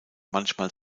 manchmal